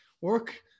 work